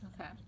okay